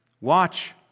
Watch